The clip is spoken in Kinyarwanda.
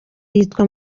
yitwa